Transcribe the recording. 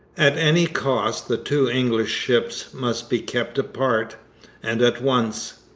at any cost the two english ships must be kept apart and at once!